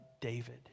David